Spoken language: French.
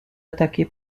attaqué